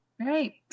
Right